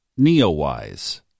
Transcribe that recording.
NEOWISE